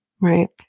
right